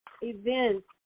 events